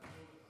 אז זה יעזור לך.